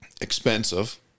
expensive